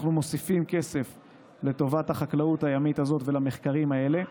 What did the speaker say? אנחנו מוסיפים כסף לטובת החקלאות הימית הזאת ולמחקרים האלה,